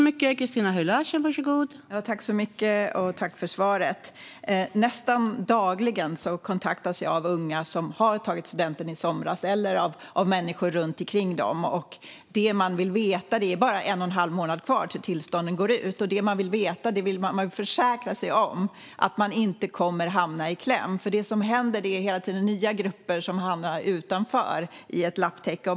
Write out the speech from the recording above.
Fru talman! Jag tackar för svaret. Nästan dagligen kontaktas jag av unga som i somras tog studenten eller av människor runt dem. Det är bara en och en halv månad tills tillstånden går ut. Det man vill veta och försäkra sig om är att de inte kommer att hamna i kläm. Det är nämligen hela tiden nya grupper som hamnar utanför i detta lapptäcke.